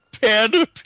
Panda